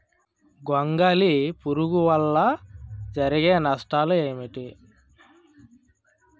గొంగళి పురుగు వల్ల జరిగే నష్టాలేంటి?